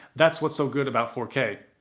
that's what's so good about four k.